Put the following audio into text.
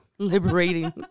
Liberating